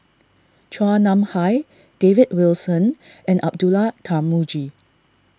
Chua Nam Hai David Wilson and Abdullah Tarmugi